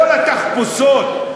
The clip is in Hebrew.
כל התחפושות,